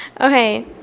Okay